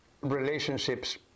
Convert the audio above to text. relationships